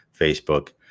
facebook